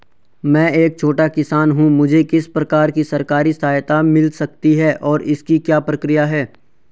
मैं एक छोटा किसान हूँ मुझे किस प्रकार की सरकारी सहायता मिल सकती है और इसकी क्या प्रक्रिया है?